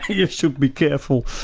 you should be careful.